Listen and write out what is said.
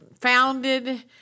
founded